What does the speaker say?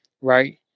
right